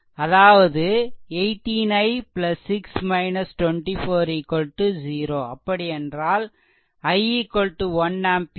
அதாவது 18 i 6 24 0 அப்படியென்றால் i 1 ampere